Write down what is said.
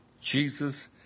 Jesus